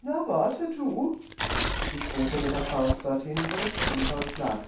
na warte du sie drohte mit der faust dorthin wo das schulhaus lag